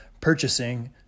purchasing